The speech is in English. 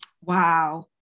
wow